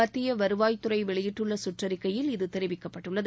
மத்திய வருவாய்த்துறை வெளியிட்டுள்ள சுற்றறிக்கையில் இது தெரிவிக்கப்பட்டுள்ளது